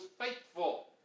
faithful